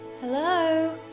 Hello